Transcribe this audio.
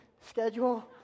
schedule